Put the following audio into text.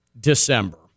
December